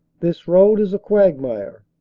this road is a quagmire,